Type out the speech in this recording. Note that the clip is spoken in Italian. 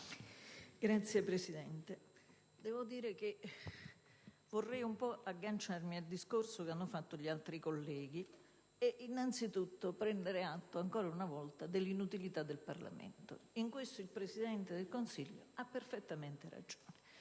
Signor Presidente, devo dire che vorrei agganciarmi al discorso fatto da altri colleghi e innanzitutto prendere atto, ancora una volta, dell'inutilità del Parlamento: in questo il Presidente del Consiglio ha perfettamente ragione.